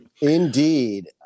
Indeed